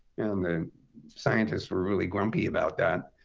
and the scientists were really grumpy about that.